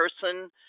person